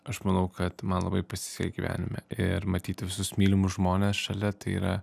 aš manau kad man labai pasisekė gyvenime ir matyt visus mylimus žmones šalia tai yra